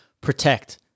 protect